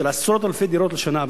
של עשרות אלפי דירות לשנה,